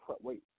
Wait